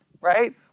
right